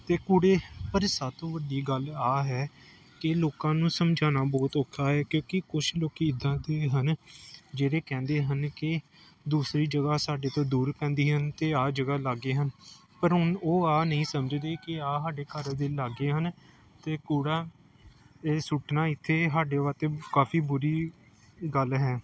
ਅਤੇ ਕੂੜੇ ਪਰ ਇਹ ਸਭ ਤੋਂ ਵੱਡੀ ਗੱਲ ਆਹ ਹੈ ਕਿ ਲੋਕਾਂ ਨੂੰ ਸਮਝਾਉਣਾ ਬਹੁਤ ਔਖਾ ਹੈ ਕਿਉਂਕਿ ਕੁਛ ਲੋਕ ਇੱਦਾਂ ਦੇ ਹਨ ਜਿਹੜੇ ਕਹਿੰਦੇ ਹਨ ਕਿ ਦੂਸਰੀ ਜਗ੍ਹਾ ਸਾਡੇ ਤੋਂ ਦੂਰ ਪੈਂਦੀ ਹਨ ਅਤੇ ਇਹ ਜਗ੍ਹਾ ਲਾਗੇ ਹਨ ਪਰ ਹੁਣ ਉਹ ਇਹ ਨਹੀਂ ਸਮਝਦੇ ਕਿ ਇਹ ਸਾਡੇ ਘਰ ਦੇ ਲਾਗੇ ਹਨ ਅਤੇ ਕੂੜਾ ਇਹ ਸੁੱਟਣਾ ਇੱਥੇ ਸਾਡੇ ਵਾਸਤੇ ਕਾਫੀ ਬੁਰੀ ਗੱਲ ਹੈ